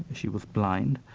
she was blind,